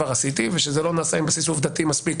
על כך שזה לא נעשה עם בסיס עובדתי מספק,